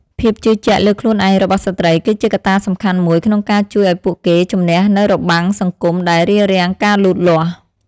ភាពជឿជាក់លើខ្លួនឯងរបស់ស្ត្រី គឺជាកត្តាសំខាន់មួយក្នុងការជួយឱ្យពួកគេជម្នះនូវរបាំងសង្គមដែលរារាំងការលូតលាស់។